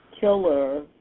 killer